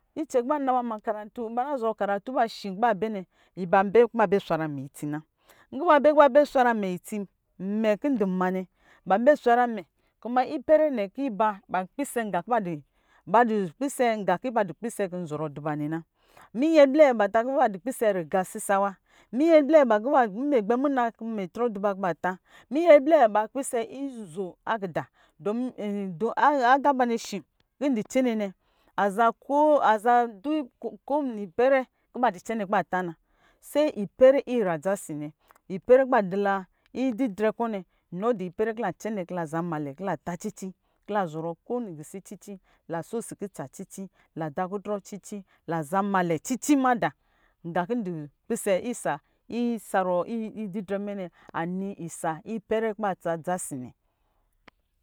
Icɛ kin ba naba makaratu ba na zɔrɔ karatu tra shi kin ba bɛ nɛ, iba bɛ ku ba bɛ swara mɛ itsi na, nku ba bɛ kin ba bɛ snara mɛ itsi, imɛ kin ndi nma nɛ ba bɛ swara mɛ kuma ipɛrɛ kin ba pisɛ gā kin ba di pisɛ ku zɔrɔ du ba nɛ na, minyɛ blɛ ban takin iba dupisɛ riga sisa wa, minyɛ blɛ ba kú ɛ gbɛ muna kin mɛ trɔ du ba ku ba tá minyɛ blɛ ba pisɛ izo akida, domin do aga banɛ shi kin di tsene nɛ aza ko wini ipɛrɛ ku ba di cɛnɛ ku ba tana, see ipɛrɛ ira dzasi nɛ ipɛrɛ ku ba dila idirɛ kɔ̄ nɛ nɔ di pɛrɛ kin lacɛ nɛ kin la zanmalɛ kila ta cici kila zɔrɔ ko wini gisi cici la so si kutsa cici, la da kutrɔ cici, la zanmalɛ cici madā, nga kú ndu pisɛ isa isa ruwɔ ididrɛ nɛ ani isa ipɛrɛ ku ba tsa dza si nɛ